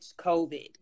COVID